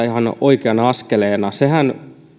ihan oikeana askeleena sehän